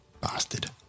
Bastard